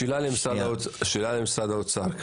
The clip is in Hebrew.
שאלה כללית למשרד האוצר.